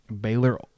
Baylor